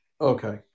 Okay